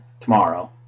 Tomorrow